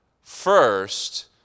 first